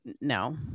no